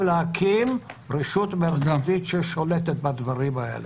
להקים רשות מרכזית ששולטת בדברים האלה.